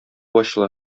ачыла